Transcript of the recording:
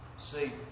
see